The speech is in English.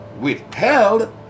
withheld